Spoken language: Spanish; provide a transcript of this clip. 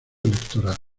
electoral